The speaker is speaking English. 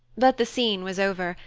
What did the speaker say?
but the scene was over,